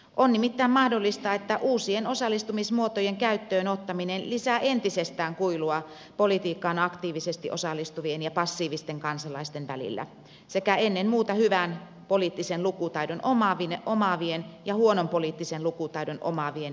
on nimittäin mahdollista että uusien osallistumismuotojen käyttöönottaminen lisää entisestään kuilua politiikkaan aktiivisesti osallistuvien ja passiivisten kansalaisten välillä sekä ennen muuta hyvän poliittisen lukutaidon omaavien ja huonon poliittisen lukutaidon omaavien välillä